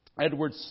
Edward